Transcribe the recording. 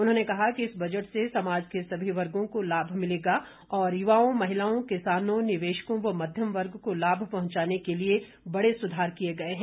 उन्होंने कहा कि इस बजट से समाज के सभी वर्गों को लाभ मिलेगा और युवाओं महिलाओं किसानों निवेशकों व मध्यम वर्ग को लाभ पहंचाने के लिए बड़े सुधार किए गए हैं